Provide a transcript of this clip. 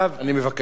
אני מבקש שתקצר.